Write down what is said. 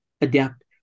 adapt